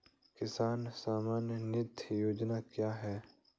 किसान सम्मान निधि योजना क्या है?